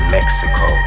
Mexico